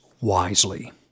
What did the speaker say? wisely